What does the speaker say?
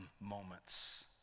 moments